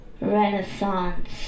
renaissance